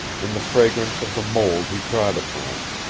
in the fragrance of the mold he trod upon,